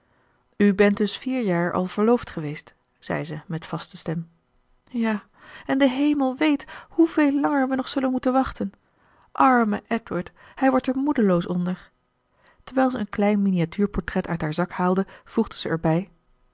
u bent dus vier jaar al verloofd geweest zei ze met vaste stem ja en de hemel weet hoeveel langer we nog zullen moeten wachten arme edward hij wordt er moedeloos onder terwijl ze een klein miniatuurportret uit haar zak haalde voegde zij erbij